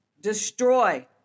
destroy